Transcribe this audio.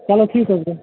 چلو ٹھیٖک حظ گوٚو